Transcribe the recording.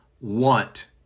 want